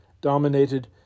dominated